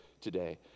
today